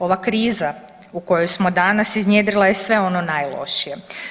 Ova kriza u kojoj smo danas iznjedrila je sve ono najlošije.